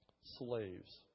slaves